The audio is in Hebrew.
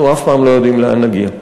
אנחנו אף פעם לא יודעים לאן נגיע.